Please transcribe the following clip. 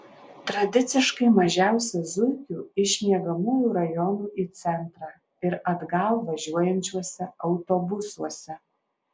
tradiciškai mažiausia zuikių iš miegamųjų rajonų į centrą ir atgal važiuojančiuose autobusuose